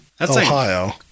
Ohio